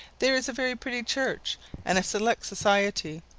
there is a very pretty church and a select society,